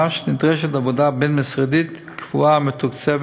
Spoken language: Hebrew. נדרשת עבודה בין-משרדית קבועה ומתוקצבת,